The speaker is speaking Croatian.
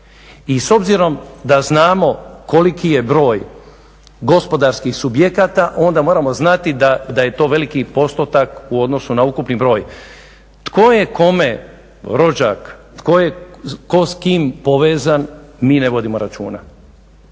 I s obzirom da znamo koliki je broj gospodarskih subjekata onda moramo znati da je to veliki postotak u odnosu na ukupni broj. Tko je kome rođak, tko s kim povezan mi ne vodimo računa.